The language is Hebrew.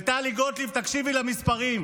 וטלי גוטליב, תקשיבי למספרים.